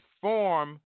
form